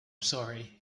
sorry